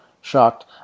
shocked